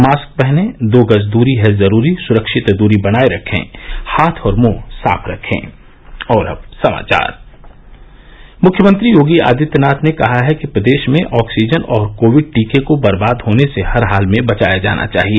mask पहनें दो गज दूरी है जरूरी सुरक्षित दूरी बनाये रखें हाथ और मुंह साफ रखे मुख्यमंत्री योगी आदित्यनाथ ने कहा है कि प्रदेश में ऑक्सीजन और कोविड टीके को बर्बाद होने से हर हाल में बचाया जाना चाहिए